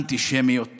אנטישמיות